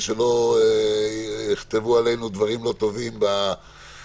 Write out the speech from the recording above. ושלא יכתבו עלינו דברים לא טובים בכל